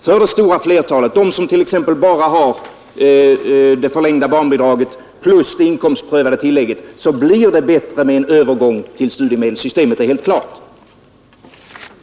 För det stora flertalet, de som t.ex. bara har det förlängda barnbidraget plus det inkomstprövade tillägget, blir det bättre med en övergång till studiemedelssystemet. Det är helt klart.